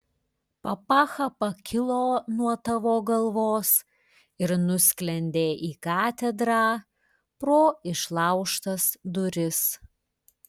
papacha pakilo nuo tavo galvos ir nusklendė į katedrą pro išlaužtas duris